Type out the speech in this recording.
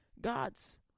God's